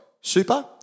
super